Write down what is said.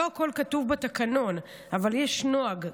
לא הכול כתוב בתקנון אבל יש נוהג,